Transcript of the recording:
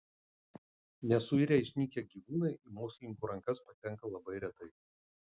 nesuirę išnykę gyvūnai į mokslininkų rankas patenka labai retai